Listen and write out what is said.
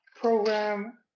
program